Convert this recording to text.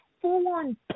full-on